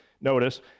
notice